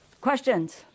Questions